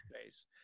space